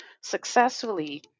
successfully